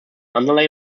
underlay